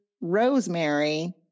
rosemary